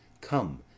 Come